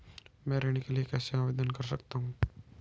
मैं ऋण के लिए कैसे आवेदन कर सकता हूं?